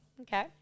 Okay